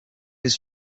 his